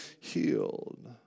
healed